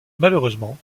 malheureusement